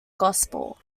gospel